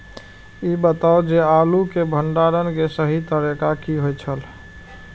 ई बताऊ जे आलू के भंडारण के सही तरीका की होय छल?